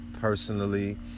personally